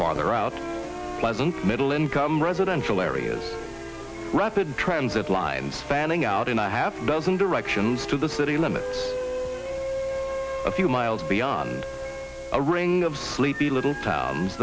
farther out middle income residential areas rapid transit line spanning out in a half dozen directions to the city limits a few miles beyond a ring of sleepy little towns